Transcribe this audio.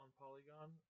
Polygon